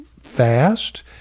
fast